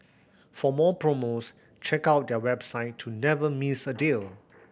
for more promos check out their website to never miss a deal